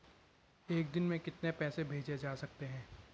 एक दिन में कितने पैसे भेजे जा सकते हैं?